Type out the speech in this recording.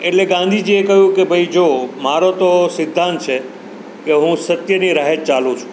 એટલે ગાંધીજીએ કહ્યું કે ભાઈ જો મારો તો સિદ્ધાંત છે કે હું સત્યની રાહે જ ચાલું છું